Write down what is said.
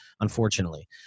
unfortunately